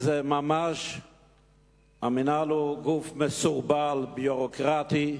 המינהל הוא גוף מסורבל, ביורוקרטי.